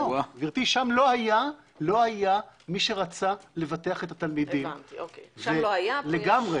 שם לא היה מי שרצה לבטח את התלמידים לגמרי.